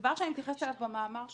דבר שאני מתייחסת אליו במאמר שלי,